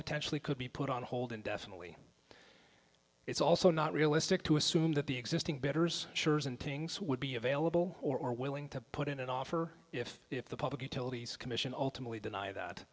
potentially could be put on hold indefinitely it's also not realistic to assume that the existing bettors and things would be available or willing to put in an offer if if the public utilities commission ultimately deny that